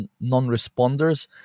non-responders